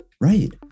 Right